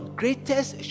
greatest